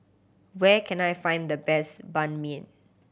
where can I find the best Banh Mi